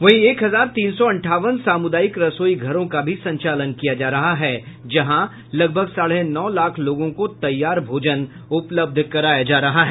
वहीं एक हजार तीन सौ अंठावन सामुदायिक रसोई घरों का भी संचालन किया जा रहा है जहां लगभग साढ़े नौ लाख लोगों को तैयार भोजन उपलब्ध कराया जा रहा है